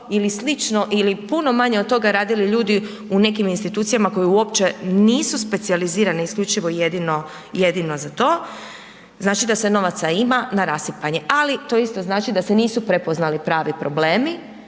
ili slično ili puno manje od toga radili ljudi u nekim institucijama koje uopće nisu specijalizirane isključivo i jedino za to, znači da se novaca ima na rasipanje. Ali to isto znači da se nisu prepoznali pravi problemi